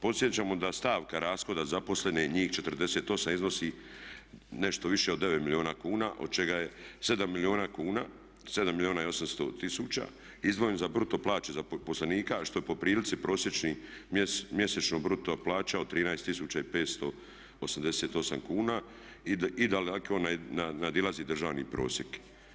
Podsjećamo da stavka rashoda zaposlenih njih 48 iznosi nešto više od 9 milijuna kuna od čega je 7 milijuna kuna, 7 milijuna i 800 tisuća izdvojen za bruto plaće zaposlenika što je po prilici prosječni mjesečna bruto plaća od 13 588 kuna i da … nadilazi državni prosjek.